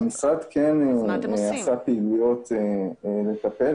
המשרד כן עשה פעילויות לטפל.